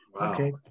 okay